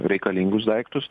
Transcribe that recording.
reikalingus daiktus